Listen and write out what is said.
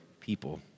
people